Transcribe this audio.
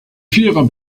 vierer